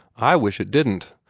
i wish it didn't.